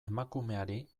emakumeari